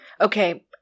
okay